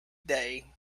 day